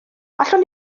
allwn